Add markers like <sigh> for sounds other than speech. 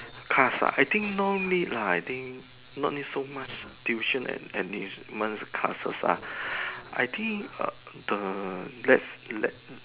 cars ah I think no need lah I think no need so much tuition and enrichment classes ah <breath> I think err the let let